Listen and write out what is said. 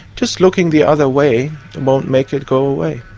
just looking the other way won't make it go away.